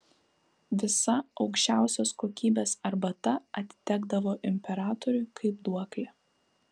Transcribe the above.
visa aukščiausios kokybės arbata atitekdavo imperatoriui kaip duoklė